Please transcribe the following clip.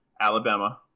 Alabama